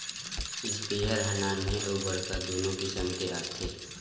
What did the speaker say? sprayer ह नान्हे अउ बड़का दुनो किसम के आथे